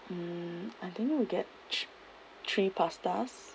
mm I think will get ch~ three pastas